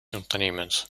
unternehmens